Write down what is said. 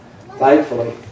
thankfully